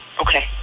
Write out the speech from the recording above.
okay